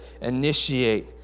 initiate